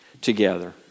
together